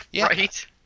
Right